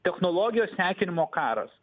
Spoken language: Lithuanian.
technologijos sekinimo karas